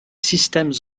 systèmes